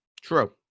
True